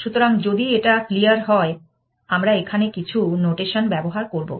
সুতরাং যদি এটা ক্লিয়ার হয় আমরা এখানে কিছু নোটেশন ব্যবহার করব